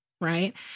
right